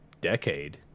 decade